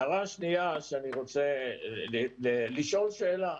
הערה שנייה היא שאני רוצה לשאול שאלה.